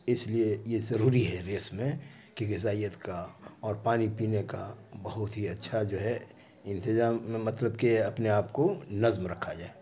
اس لیے یہ ضروری ہے ریس میں کہ غذائیت کا اور پانی پینے کا بہت ہی اچھا جو ہے انتظام مطلب کہ اپنے آپ کو نظم رکھا جائے